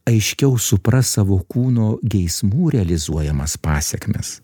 aiškiau supras savo kūno geismų realizuojamas pasekmes